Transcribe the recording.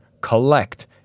collect